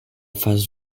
face